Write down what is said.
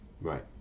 right